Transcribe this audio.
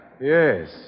Yes